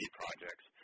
projects